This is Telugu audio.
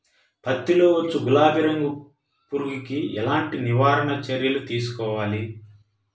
పత్తిలో వచ్చు గులాబీ రంగు పురుగుకి ఎలాంటి నివారణ చర్యలు తీసుకోవాలి?